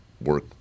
work